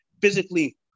physically